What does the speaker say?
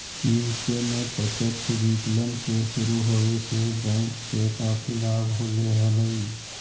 UK में प्रत्यक्ष विकलन के शुरू होवे से बैंक के काफी लाभ होले हलइ